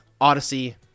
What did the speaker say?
Odyssey